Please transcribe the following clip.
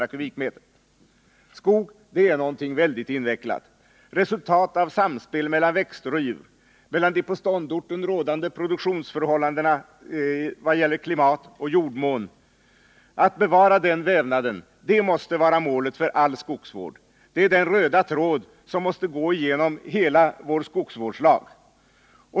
som anges i alternativ 1. Skog är någonting väldigt invecklat — resultat av samspel mellan växter och djur, mellan de på ståndorten rådande produktionsförhållandena vad gäller klimat och jordmån. Att bevara den vävnaden måste vara målet för all skogsvård. Det är den röda tråd som måste gå genom hela vår skogsvårdslag.